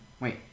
Wait